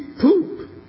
poop